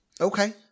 Okay